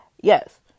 Yes